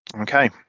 Okay